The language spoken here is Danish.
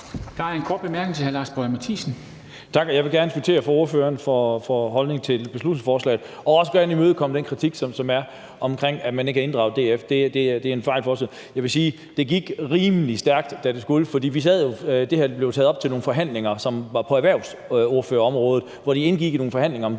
Jeg vil gerne kvittere for ordførerens holdning til beslutningsforslaget og også gerne imødekomme den kritik, der er, om, at man ikke har inddraget DF; det er en fejl fra vores side. Jeg vil sige, at det gik rimelig stærkt, da det skulle fremsættes. Det her blev taget op ved nogle forhandlinger på erhvervsordførerområdet; det indgik i nogle forhandlinger om